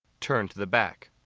turn to the back.